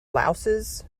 louses